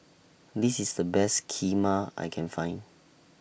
This IS The Best Kheema I Can Find